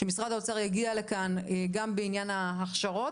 שמשרד האוצר יגיע לכאן גם בעניין ההכשרות,